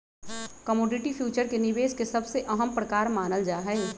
commodity future के निवेश के सबसे अहम प्रकार मानल जाहई